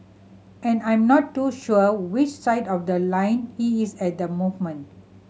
and I'm not too sure which side of the line he is at the movement